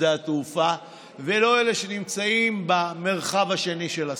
לשדה התעופה ולא את אלה שנמצאים במרחב השני של השדה.